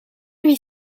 huit